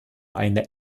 eine